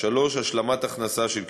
3. השלמת הכנסה של קשישים,